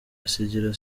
asigira